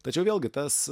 tačiau vėlgi tas